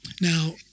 Now